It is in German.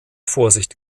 vorsicht